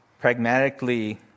pragmatically